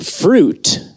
fruit